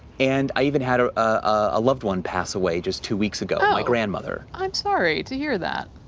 and i even had a ah loved one pass away just two weeks ago, my grandmother. i'm sorry to hear that.